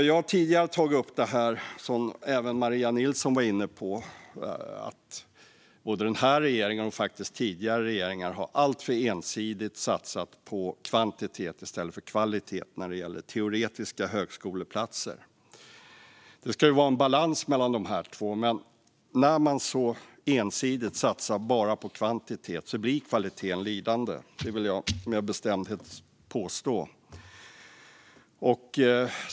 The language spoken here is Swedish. Jag har tidigare tagit upp något som även Maria Nilsson var inne på, nämligen att både den här regeringen och tidigare regeringar alltför ensidigt har satsat på kvantitet i stället för kvalitet när det gäller högskoleplatser i teoretiska ämnen. Det ska ju vara en balans mellan dessa båda, men när man ensidigt satsar bara på kvantitet blir kvaliteten lidande. Det vill jag med bestämdhet påstå.